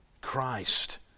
Christ